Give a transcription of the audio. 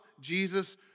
Jesus